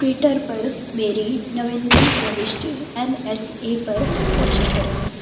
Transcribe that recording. Twitter पर मेरी नवीनतम प्रविष्टि एन एस ए पर पोस्ट करें